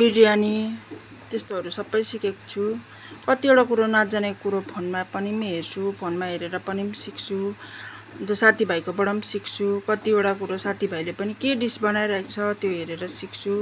बिरयानी त्यस्तोहरू सबै सिकेको छु कतिवटा कुरो नाजानेको कुरो फोनमा पनि हेर्छु फोनमा हेरेर पनि सिक्छु अन्त साथीभाइकोबाट सिक्छु कतिवटा कुरो साथीभाइले पनि के डिस बनाइरहेको छ त्यो हेरेर सिक्छु